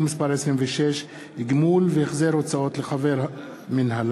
מס' 26) (גמול והחזר הוצאות לחבר מינהלה),